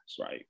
right